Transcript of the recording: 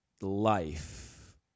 life